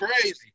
crazy